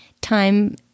time